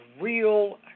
real